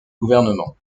gouvernement